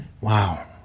wow